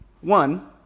one